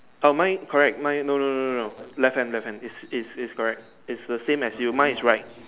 err mine correct mine no no no no no left hand left hand it's it's it's correct it's the same as you mine is right